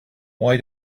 why